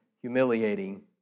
humiliating